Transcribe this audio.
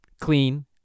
clean